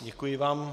Děkuji vám.